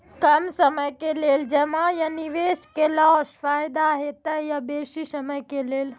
कम समय के लेल जमा या निवेश केलासॅ फायदा हेते या बेसी समय के लेल?